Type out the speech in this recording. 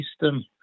system